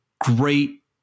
great